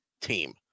team